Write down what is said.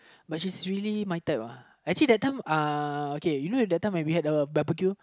but she's really my type actually that time uh okay you know that time when we had a barbeque